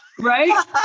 Right